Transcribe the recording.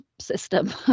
system